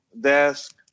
desk